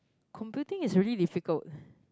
computing is really difficult